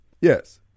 Yes